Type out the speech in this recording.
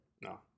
No